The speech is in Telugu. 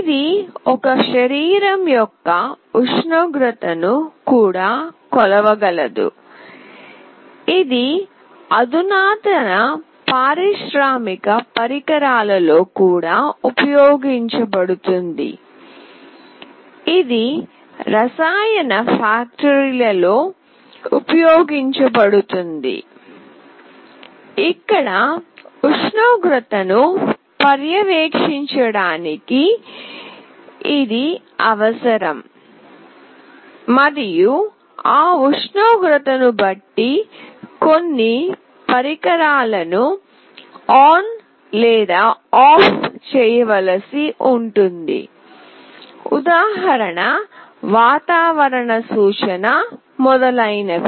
ఇది ఒక శరీరం యొక్క ఉష్ణోగ్రతను కూడా కొలవగలదు ఇది అధునాతన పారిశ్రామిక పరికరాలలో కూడా ఉపయోగించబడుతుంది ఇది రసాయన ఫ్యాక్టరీ లలో ఉపయోగించబడుతుంది ఇక్కడ ఉష్ణోగ్రతను పర్యవేక్షించడానికి ఇది అవసరం మరియు ఆ ఉష్ణోగ్రతను బట్టి కొన్ని పరికరాలను ఆన్ లేదా ఆఫ్ చేయవలసి ఉంటుంది EX వాతావరణ సూచన మొదలైనవి